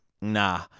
Nah